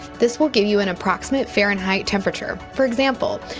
this will give you an approximate fahrenheit temperature. for example,